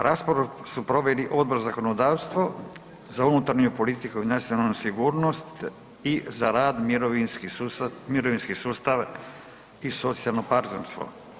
Raspravu su proveli Odbor za zakonodavstvo, unutarnju politiku i nacionalnu sigurnost i za rad, mirovinski sustav i socijalno partnerstvo.